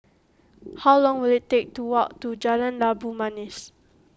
how long will it take to walk to Jalan Labu Manis